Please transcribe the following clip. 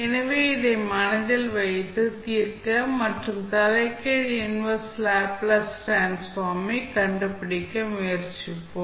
எனவே இதை மனதில் வைத்து தீர்க்க மற்றும் தலைகீழ் இன்வெர்ஸ் லேப்ளேஸ் டிரான்ஸ்ஃபார்ம் F ஐக் கண்டுபிடிக்க முயற்சிப்போம்